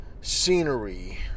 scenery